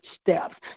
steps